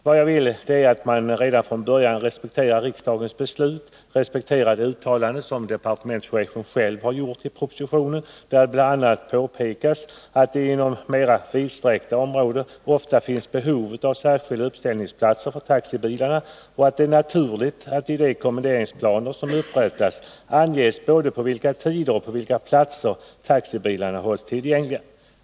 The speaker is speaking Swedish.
Vad jag vill är att man redan från början respekterar riksdagens beslut och de uttalanden som departementschefen själv har gjort i propositionen, där det bl.a. påpekas att det inom mera vidsträckta trafikområden ofta finns behov av särskilda uppställningsplatser för taxibilarna och att det är naturligt att det i de kommenderingsplaner som upprättas anges både vid vilka tider och på vilka platser taxibilarna hålls tillgängliga.